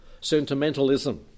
sentimentalism